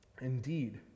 indeed